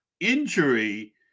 Injury